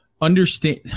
Understand